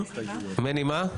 הם מעבירים לנו את הקבלה,